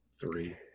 three